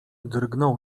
drgnął